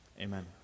amen